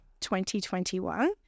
2021